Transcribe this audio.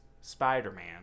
spider-man